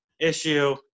issue –